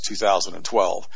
2012